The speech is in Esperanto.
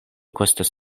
kostas